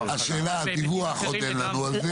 השאלה, הדיווח עוד אין לנו על זה.